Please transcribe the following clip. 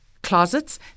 closets